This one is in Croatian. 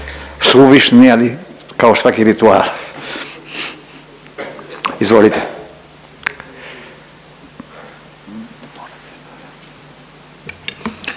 suvišni, ali kao svaki rituali, izvolite.